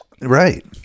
Right